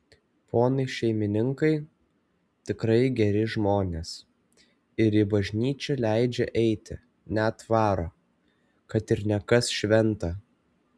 ponai šeimininkai tikrai geri žmonės ir į bažnyčią leidžia eiti net varo kad ir ne kas šventą